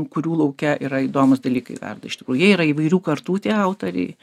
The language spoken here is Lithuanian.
kurių lauke yra įdomūs dalykai verda iš tikrųjų jie yra įvairių kartų tie autoriai